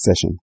session